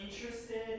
interested